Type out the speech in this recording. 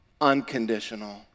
unconditional